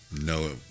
No